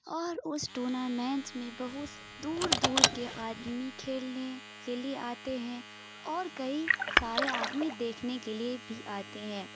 اور اس ٹورنامنٹ میں بہت دور دور کے آدمی کھیلنے کے لیے آتے ہیں اور کئی سارے آدمی دیکھنے کے لیے بھی آتے ہیں